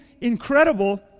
incredible